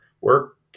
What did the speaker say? work